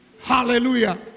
Hallelujah